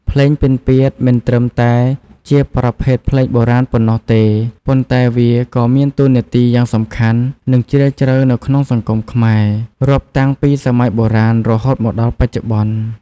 ភ្លេងពិណពាទ្យមិនត្រឹមតែជាប្រភេទភ្លេងបុរាណប៉ុណ្ណោះទេ ប៉ុន្តែវាក៏មានតួនាទីយ៉ាងសំខាន់ និងជ្រាលជ្រៅនៅក្នុងសង្គមខ្មែរ រាប់តាំងពីសម័យបុរាណរហូតមកដល់បច្ចុប្បន្ន។